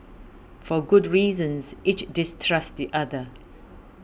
for good reasons each distrusts the other